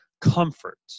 comfort